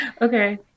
okay